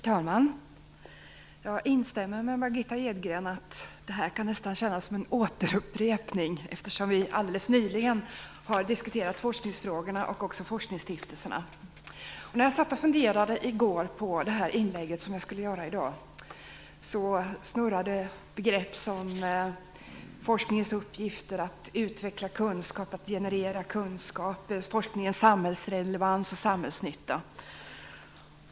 Herr talman! Jag instämmer med Margitta Edgren om att denna debatt kan kännas som en upprepning eftersom riksdagen alldeles nyligen diskuterade forskningsfrågorna och forskningsstiftelserna. När jag satt och funderade i går på det inlägg jag skulle göra i dag snurrade i mitt huvud begrepp som forskningsuppgifter, att utveckla kunskap, att generera kunskap, forskningens samhällsrelevans och samhällsnytta.